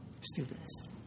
students